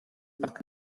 parc